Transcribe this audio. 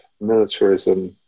militarism